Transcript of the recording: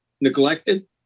neglected